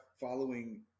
following